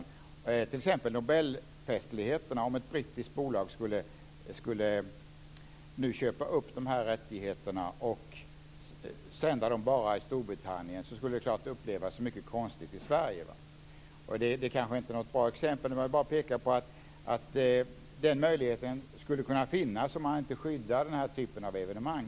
Om t.ex. ett brittiskt bolag skulle köpa rättigheterna att sända nobelfestligheterna bara i Storbritannien, skulle det naturligtvis upplevas som mycket konstigt i Sverige. Det kanske inte är något bra exempel, men jag vill bara peka på att den möjligheten skulle kunna finnas om man inte skyddar den här typen av evenemang.